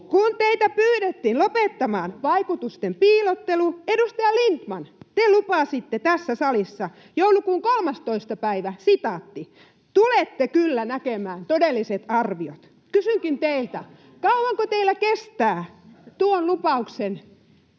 Kun teitä pyydettiin lopettamaan vaikutusten piilottelu, edustaja Lindtman, te lupasitte tässä salissa joulukuun 13. päivä: ”Tulette kyllä näkemään [Jenna Simula: 2030-luvulla!] todelliset arviot.” Kysynkin teiltä: Kauanko teillä kestää tuon lupauksen